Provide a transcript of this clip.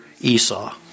Esau